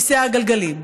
לכיסא הגלגלים,